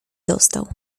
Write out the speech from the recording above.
dostał